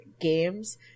games